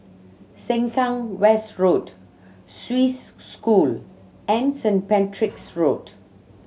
Sengkang West Road Swiss School and St Patrick's Road